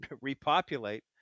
repopulate